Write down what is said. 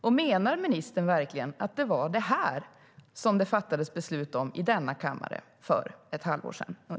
Och menar ministern verkligen att det var det här som det fattades beslut om i denna kammare för ungefär ett halvår sedan?